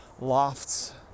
lofts